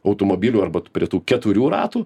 automobilių arba prie tų keturių ratų